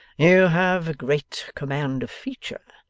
you have great command of feature,